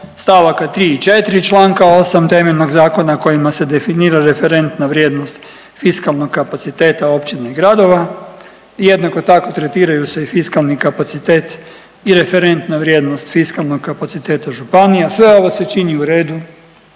stavaka tri i četiri članka 8. temeljnog zakona kojima se definira referentna vrijednost fiskalnog kapaciteta općine i gradova. Jednako tako tretiraju se i fiskalni kapacitet i referentna vrijednost fiskalnog kapaciteta županija. Sve ovo se čini u redu